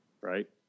right